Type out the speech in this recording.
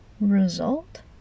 result